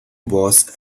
was